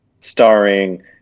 starring